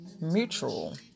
mutual